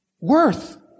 worth